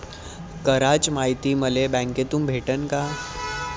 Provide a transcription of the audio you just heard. कराच मायती मले बँकेतून भेटन का?